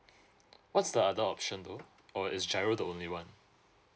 what's the other option though or is giro the only one